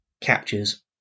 captures